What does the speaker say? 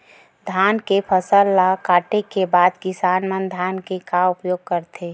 धान के फसल ला काटे के बाद किसान मन धान के का उपयोग करथे?